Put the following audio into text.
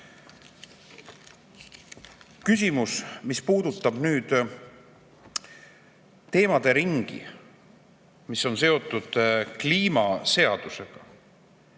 Küsimus, mis puudutab teemade ringi, mis on seotud kliimaseadusega.